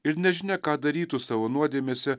ir nežinia ką darytų savo nuodėmėse